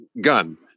gun